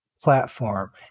platform